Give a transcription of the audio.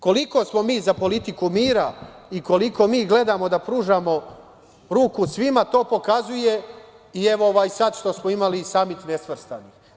Koliko smo mi za politiku mira i koliko mi gledamo da pružamo ruku svima to pokazuje i evo, ovaj sada što smo imali Samit nesvrstanih.